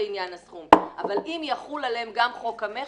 אבל אם יחול עליהם גם חוק המכר,